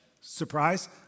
surprise